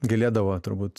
galėdavo turbūt